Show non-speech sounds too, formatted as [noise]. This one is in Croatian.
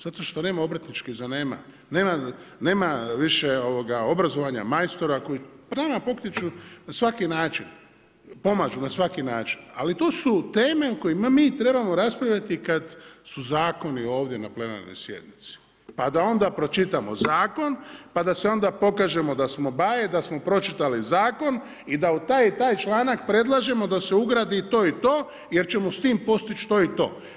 Zato što nema obrtničkih zanimanja, nema više obrazovanja, majstora, … [unintelligible] pokrit će na svaki način, pomažu na svaki način ali to su teme o kojima treba raspravljati kad su zakoni ovdje na plenarnoj sjednici pa da onda pročitamo zakona pa da se onda pokažemo da smo baje i pročitali zakon i da u taj i taj članak predlažemo da se ugradi to i to jer ćemo s tim postići to i to.